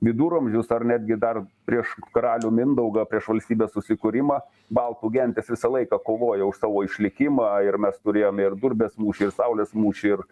viduramžius ar netgi dar prieš karalių mindaugą prieš valstybės susikūrimą baltų gentys visą laiką kovojo už savo išlikimą ir mes turėjome ir durbės mūšį ir saulės mūšį ir